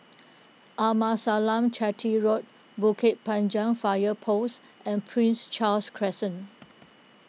Arnasalam Chetty Road Bukit Panjang Fire Post and Prince Charles Crescent